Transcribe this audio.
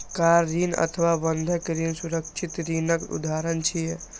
car ऋण अथवा बंधक ऋण सुरक्षित ऋणक उदाहरण छियै